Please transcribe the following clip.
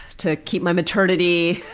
to keep my maternity.